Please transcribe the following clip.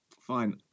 fine